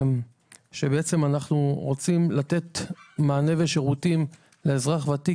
אנחנו בעצם רוצים לתת מענה ושירותים לאזרח ותיק,